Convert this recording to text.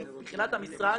כלומר מבחינת המשרד,